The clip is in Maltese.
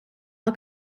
mal